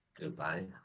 Goodbye